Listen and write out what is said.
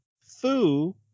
Fu